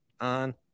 on